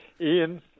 Ian